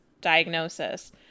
diagnosis